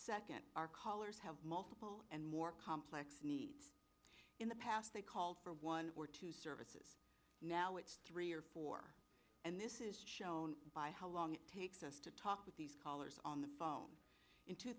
second our callers have multiple and more complex needs in the past they called for one or two services now it's three or four and this is shown by how long it takes us to talk with these callers on the phone in two